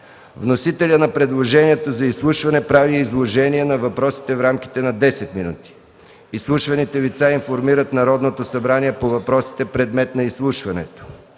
Вносителят на предложението за изслушване прави изложение на въпросите в рамките на 10 минути. Изслушваните лица информират Народното събрание по въпросите, предмет на изслушването.